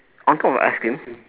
on top of the ice cream